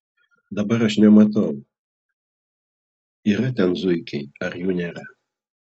dabar aš nematau yra ten zuikiai ar jų nėra